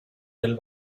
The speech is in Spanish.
del